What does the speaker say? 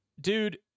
dude